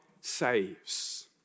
saves